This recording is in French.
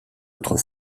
autre